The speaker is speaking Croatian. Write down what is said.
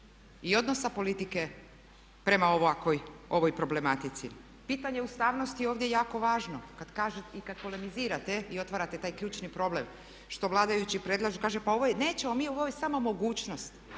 i odnosa politike prema ovakvoj, ovoj problematici. Pitanje ustavnosti je ovdje jako važno i kad polemizirate i otvarate taj ključni problem što vladajući predlažu. Kaže, pa ovo je, nećemo mi, ovo je samo mogućnost.